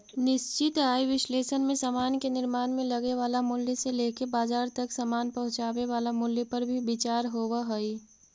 निश्चित आय विश्लेषण में समान के निर्माण में लगे वाला मूल्य से लेके बाजार तक समान पहुंचावे वाला मूल्य पर भी विचार होवऽ हई